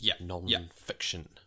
non-fiction